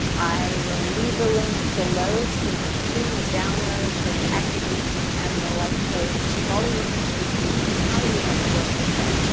i will leave the link below to the free download for the activation and the light code. follow your intuition on how you want to work with them.